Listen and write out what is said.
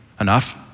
enough